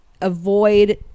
avoid